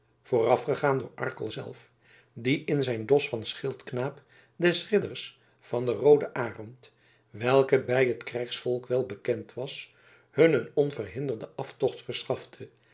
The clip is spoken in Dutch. voorafgegaan door arkel zelf die in zijn dos van schildknaap des ridders van den rooden arend welke bij het krijgsvolk welbekend was hun een onverhinderden aftocht verschafte